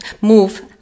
move